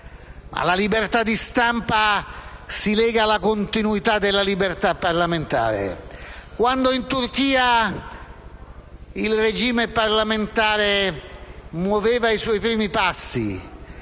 la libertà di stampa si lega alla continuità della libertà parlamentare. Quando in Turchia il regime parlamentare muoveva i suoi primi passi;